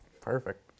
perfect